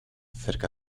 cerca